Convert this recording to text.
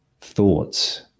thoughts